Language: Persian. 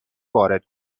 وارد